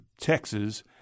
Texas